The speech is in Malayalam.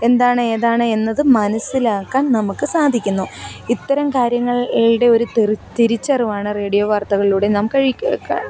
എന്താണ് ഏതാണ് എന്നത് മനസ്സിലാക്കാൻ നമുക്ക് സാധിക്കുന്നു ഇത്തരം കാര്യങ്ങളുടെയൊരു തിരിച്ചറിവാണ് റേഡിയോ വാർത്തകളിലൂടെ നാം കഴിക്ക് കാ